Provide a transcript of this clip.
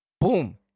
Boom